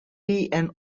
and